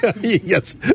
yes